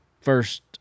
first